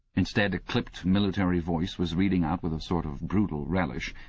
instead, a clipped military voice was reading out, with a sort of brutal relish,